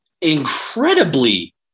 incredibly